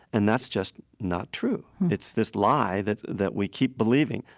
and that's just not true. it's this lie that that we keep believing.